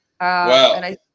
Wow